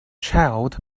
child